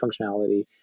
functionality